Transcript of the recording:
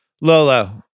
Lolo